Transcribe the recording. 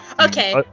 okay